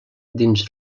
dins